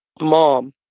Mom